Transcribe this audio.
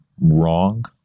wrong